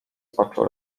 oczu